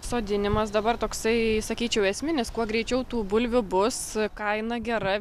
sodinimas dabar toksai sakyčiau esminis kuo greičiau tų bulvių bus kaina gera